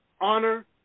honor